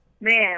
man